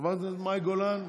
חברת הכנסת מאי גולן,